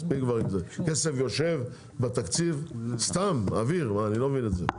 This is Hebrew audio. הכסף יושב בתקציב סתם, ואני לא מבין את זה.